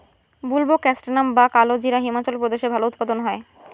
বুলবোকাস্ট্যানাম বা কালোজিরা হিমাচল প্রদেশে ভালো উৎপাদন হয়